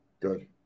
Good